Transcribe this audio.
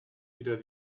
wieder